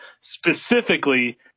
specifically